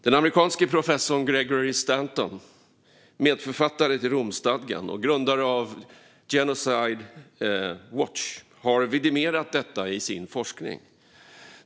Den amerikanske professorn Gregory Stanton, medförfattare till Romstadgan och grundare av Genocide Watch, har vidimerat detta i sin forskning.